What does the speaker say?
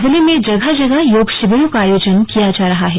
जिले में जगह जगह योग शिविरों का आयोजन किया जा रहा है